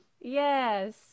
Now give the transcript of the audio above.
yes